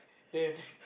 then